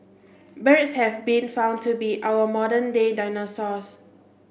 birds have been found to be our modern day dinosaurs